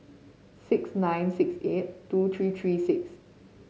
six nine six eight two three three six